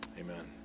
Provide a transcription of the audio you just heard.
Amen